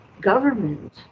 government